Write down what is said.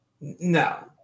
No